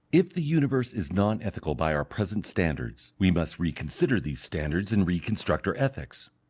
if the universe is non-ethical by our present standards, we must reconsider these standards and reconstruct our ethics.